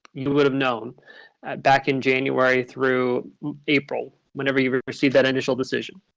you would have known back in january through april, whenever you received that initial decision.